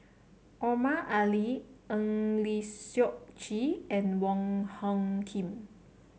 Omar Ali Eng Lee Seok Chee and Wong Hung Khim